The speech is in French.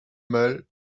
mal